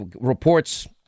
reports